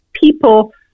people